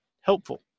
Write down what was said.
helpful